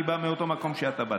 אני בא מאותו מקום שאתה בא,